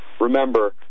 Remember